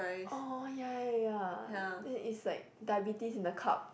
oh ya ya ya that is like diabetes in a cup